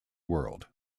world